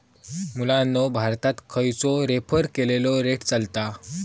मुलांनो भारतात खयचो रेफर केलेलो रेट चलता?